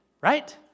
right